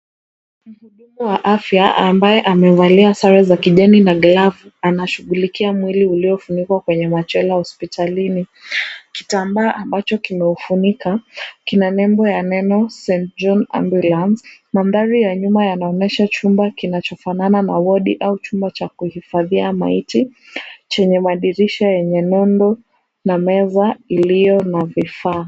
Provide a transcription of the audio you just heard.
Mhudumu wa afya ambaye amevalia sare za kijani na glavu anashughulikia mwili uliofunikwa kwenye machela hospitalini. Kitambaa ambacho kimeufunika, kina nembo ya neno St. John Ambulance. Mandhari ya nyuma yanaonyesha chumba kinachofanana na wodi au chumba cha kuhifadhia maiti chenye madirisha yenye nundu na meza iliyo na vifaa.